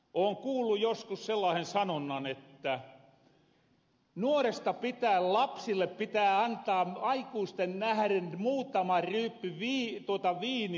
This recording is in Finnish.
oon kuullu joskus sellaasen sanonnan että nuoresta pitäen lapsille pitää antaa aikuisten nähren muutama ryyppy viinilasi